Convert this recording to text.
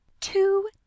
two